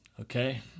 okay